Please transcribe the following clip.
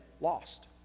lost